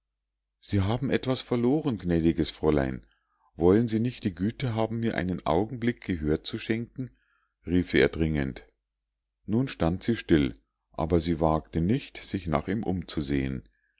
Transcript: sie haben etwas verloren gnädiges fräulein wollen sie nicht die güte haben mir einen augenblick gehör zu schenken rief er dringend nun stand sie still aber sie wagte nicht sich nach ihm umzusehen